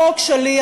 החוק שלי,